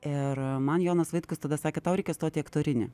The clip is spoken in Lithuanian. ir man jonas vaitkus tada sakė tau reikia stot į aktorinį